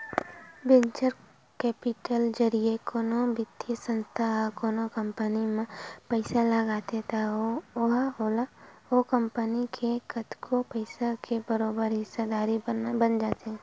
venture capital जरिए कोनो बित्तीय संस्था ह कोनो कंपनी म पइसा लगाथे त ओहा ओ कंपनी के ओतका पइसा के बरोबर हिस्सादारी बन जाथे